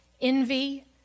envy